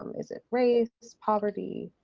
um is it raise poverty.